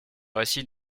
récit